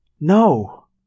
No